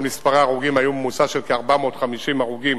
מספרי ההרוגים היו בממוצע של כ-450 הרוגים